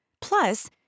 Plus